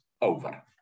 over